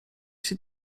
się